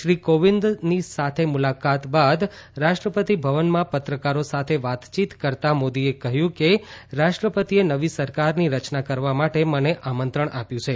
શ્રી કોવિંદની સાથે મુલાકાત બાદ રાષ્ટ્રપતિ ભવનમાં પત્રકારો સાથે વાતાચીત કરતા મોદીએ કહ્યું કે રાષ્ટ્રપતિએ નવી સરકારની રચના કરવા માટે મને આમંત્રણ આપ્યું છે